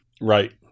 Right